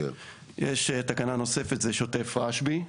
יש תקנה נוספת, זה שוטף רשב"י.